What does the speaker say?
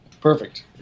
Perfect